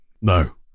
No